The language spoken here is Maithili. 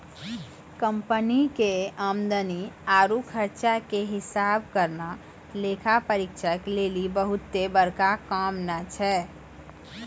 कंपनी के आमदनी आरु खर्चा के हिसाब करना लेखा परीक्षक लेली बहुते बड़का काम नै छै